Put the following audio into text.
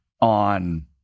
on